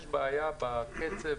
יש בעיה בקצב,